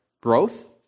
Growth